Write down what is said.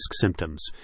symptoms